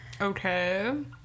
Okay